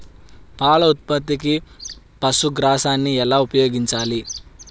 పాల ఉత్పత్తికి పశుగ్రాసాన్ని ఎలా ఉపయోగించాలి?